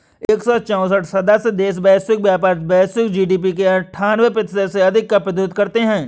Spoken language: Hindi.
एक सौ चौसठ सदस्य देश वैश्विक व्यापार, वैश्विक जी.डी.पी के अन्ठान्वे प्रतिशत से अधिक का प्रतिनिधित्व करते हैं